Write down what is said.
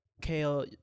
kale